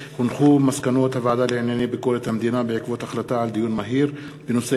מסקנות הוועדה לענייני ביקורת המדינה בעקבות דיון מהיר בהצעה